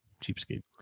cheapskate